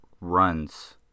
runs